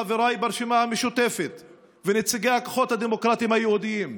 חבריי ברשימה המשותפת ונציגי הכוחות הדמוקרטיים היהודיים,